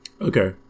Okay